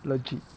legit